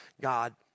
God